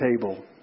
table